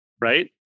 right